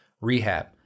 rehab